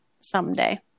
someday